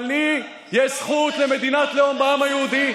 אבל לי יש זכות למדינת לאום של עם היהודי,